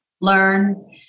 learn